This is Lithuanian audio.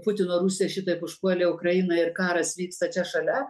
putino rusija šitaip užpuolė ukrainą ir karas vyksta čia šalia